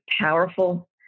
powerful